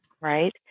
right